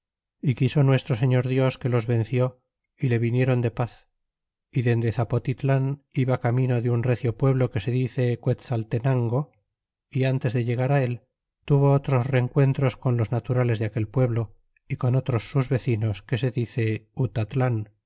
y quiso nuestro señor dios que los venció y le vinieron de paz y dende zapotitlan iba camino de un recio pueblo que se dice quetzaltenango y ántes de llegar él tuvo otros rencuentros con los naturales de aquel pueblo y con otros sus vecinos que se dice